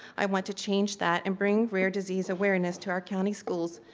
i want to change that and bring rare disease awareness to our county schools,